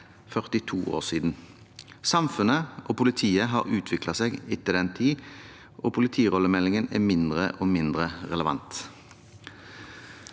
42 år siden. Samfunnet og politiet har utviklet seg etter den tid, og politirollemeldingen er mindre og mindre relevant.